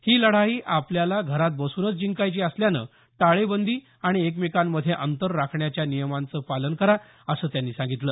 ही लढाई आपल्याला घरात बसूनच जिंकायची असल्यानं टाळेबंदी आणि एकमेकांमध्ये अंतर राखण्याच्या नियमाचं पालन करा असं त्यांनी सांगितलं